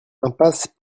impasse